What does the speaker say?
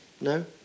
No